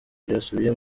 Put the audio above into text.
byasubiye